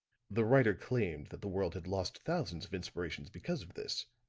the writer claimed that the world had lost thousands of inspirations because of this,